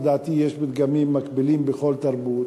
ולדעתי יש פתגמים מקבילים בכל תרבות,